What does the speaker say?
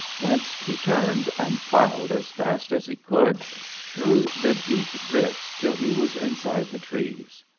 whence he turned and ploughed as fast as he could through the deep drifts till he was inside the trees.